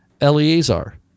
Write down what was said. Eleazar